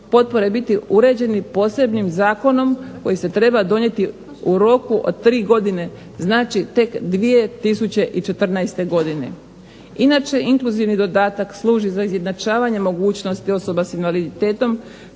potpore biti uređeni posebnim zakonom koji se treba donijeti u roku od 3 godine. Znači, tek 2014. godine. Inače inkluzivni dodatak služi za izjednačavanje mogućnosti osoba s invaliditetom